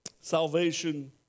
Salvation